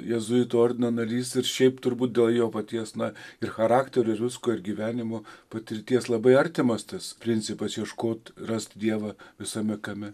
jėzuitų ordino narys ir šiaip turbūt dėl jo paties na ir charakterio ir visko ir gyvenimo patirties labai artimas tas principas ieškot rasti dievą visame kame